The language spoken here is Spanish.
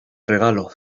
regalo